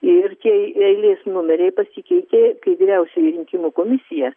ir tie eilės numeriai pasikeitė kai vyriausioji rinkimų komisija